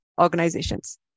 organizations